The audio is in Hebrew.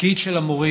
התפקיד של המורים,